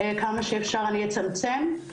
כמה שאפשר אני אצמצם.